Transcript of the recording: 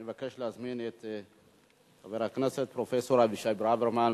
אני מבקש להזמין את חבר הכנסת פרופסור אבישי ברוורמן.